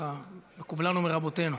מקובלנו מרבותינו.